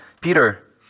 Peter